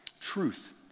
truth